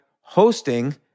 hosting